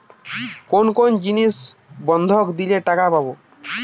কোন কোন জিনিস বন্ধক দিলে টাকা পাব?